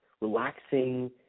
relaxing